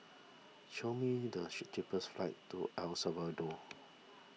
show me the cheapest flights to El Salvador